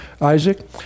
Isaac